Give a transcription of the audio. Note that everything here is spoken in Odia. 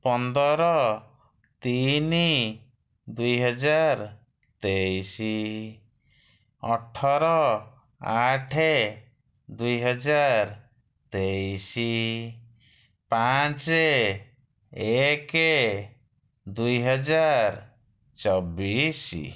ପନ୍ଦର ତିନି ଦୁଇ ହଜାର ତେଇଶ ଅଠର ଆଠ ଦୁଇ ହଜାର ତେଇଶ ପାଞ୍ଚ ଏକ ଦୁଇ ହଜାର ଚବିଶ